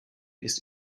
ist